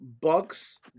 Bucks